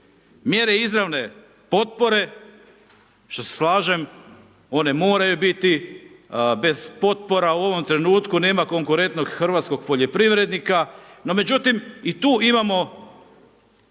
Mjere izravne potpore, što se slažem, one moraju biti bez potpora, u ovom trenutku nema konkurentnog hrvatskog poljoprivrednika. No međutim i tu imamo